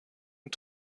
und